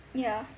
ya